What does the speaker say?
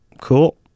Cool